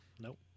Nope